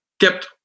kept